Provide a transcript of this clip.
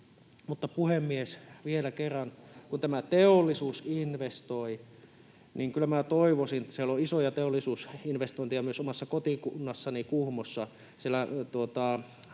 Puhemies! Vielä kerran: Kun teollisuus investoi — siellä on isoja teollisuusinvestointeja myös omassa kotikunnassani Kuhmossa,